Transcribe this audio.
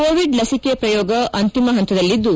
Covid ಲಸಿಕೆ ಪ್ರಯೋಗ ಅಂತಿಮ ಪಂತದಲ್ಲಿದ್ದು